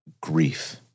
grief